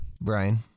Brian